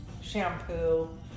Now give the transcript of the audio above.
shampoo